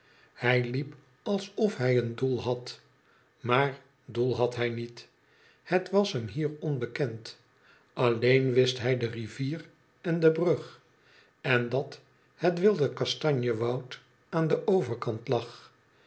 hij liep als of hij een doel had maar doel had hij niet het was hem hier onbekend alleen wist hij de rivier en de brug en dat het wilde kastanjewoud aan den overkant lag